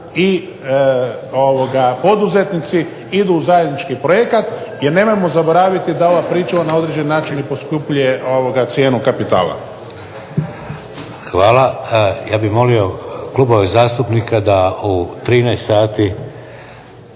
i poduzetnici idu u zajednički projekt jer nemojmo zaboraviti da ova pričuva na određeni način i poskupljuje cijenu kapitala. **Šeks, Vladimir (HDZ)** Hvala. Ja bih molio klubove zastupnika da u 13 sati